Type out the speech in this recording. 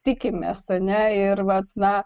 tikimės ar ne ir vat na